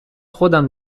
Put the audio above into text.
خودم